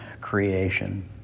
creation